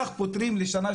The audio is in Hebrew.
כך פותרים לשנה,